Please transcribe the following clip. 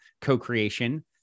co-creation